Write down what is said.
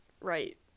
right